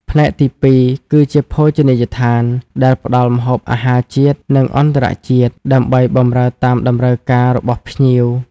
ផ្នែកទីពីរគឺជា ភោជនីយដ្ឋាន ដែលផ្តល់ម្ហូបអាហារជាតិ និងអន្ដរជាតិ ដើម្បីបម្រើតាមតម្រូវការរបស់ភ្ញៀវ។